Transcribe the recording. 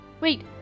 Wait